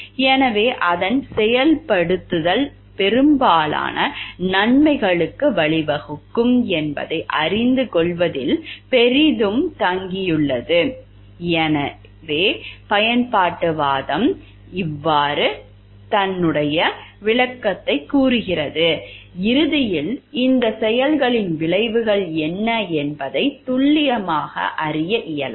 எனவே அதன் செயல்படுத்தல் பெரும்பாலான நன்மைகளுக்கு வழிவகுக்கும் என்பதை அறிந்துகொள்வதில் பெரிதும் தங்கியுள்ளது என்று பயன்பாட்டுவாதம் கூறினாலும் இறுதியில் இந்த செயல்களின் விளைவுகள் என்ன என்பதைத் துல்லியமாக அறிய இயலாது